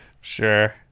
Sure